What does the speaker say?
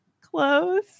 Close